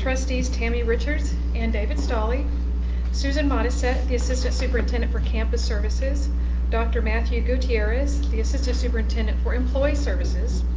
trustees tammy richards and david stolle yeah susan modisette, the assistant superintendent for campus services dr. matthew gutierrez the assistant superintendent for employee services